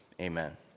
amen